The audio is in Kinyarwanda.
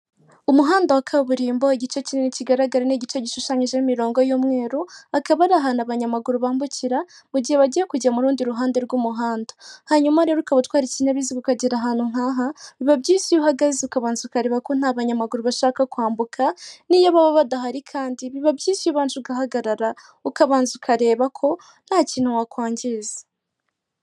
Umuhanda wa kaburimbo igice kinini kigaragara ni igice gishushanyijemo imirongo y'umweru, akaba ari ahantu abanyamaguru bambukira mu gihe bagiye kujya mu rundi ruhande rw'umuhanda. Hanyuma rero ukaba utwara ikinyabiziga ukagera ahantu nkaha, biba byiza iyo uhagaze ukabanza ukareba ko nta banyamaguru bashaka kwambuka, niyo baba badahari kandi, biba byiza iyo ubanje ugahagarara ukabanza ukareba ko nta kintu wakwangiza.